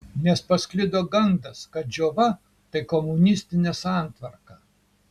nes pasklido gandas kad džiova tai komunistinė santvarka